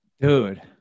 dude